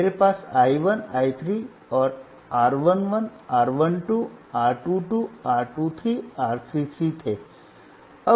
मेरे पास I 1 I 3 और R 1 1 R 1 2 R 2 2 R 2 3 R 3 3 थे